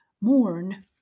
Mourn